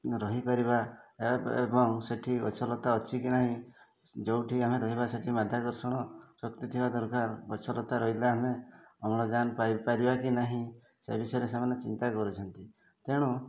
ରହିପାରିବା ଏବଂ ସେଠି ଗଛଲତା ଅଛି କି ନାହିଁ ଯୋଉଠି ଆମେ ରହିବା ସେଠି ମାଧ୍ୟକର୍ଷଣ ଶକ୍ତି ଥିବା ଦରକାର ଗଛଲତା ରହିଲେ ଆମେ ଅମ୍ଳଜାନ୍ ପାଇପାରିବା କି ନାହିଁ ସେ ବିଷୟରେ ସେମାନେ ଚିନ୍ତା କରୁଛନ୍ତି ତେଣୁ